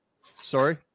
sorry